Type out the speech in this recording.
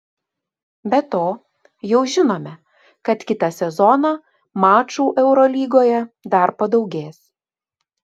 be to jau žinome kad kitą sezoną mačų eurolygoje dar padaugės